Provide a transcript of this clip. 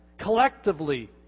Collectively